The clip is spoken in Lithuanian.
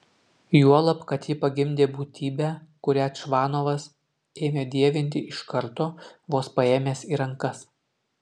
juolab kad ji pagimdė būtybę kurią čvanovas ėmė dievinti iš karto vos paėmęs į rankas